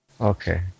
Okay